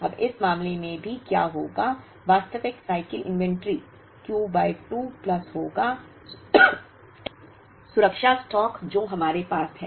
अब इस मामले में भी क्या होगा वास्तविक cycle inventory Q by 2 plus होगा सुरक्षा स्टॉक जो हमारे पास है